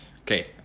Okay